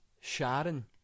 Sharon